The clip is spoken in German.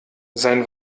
sein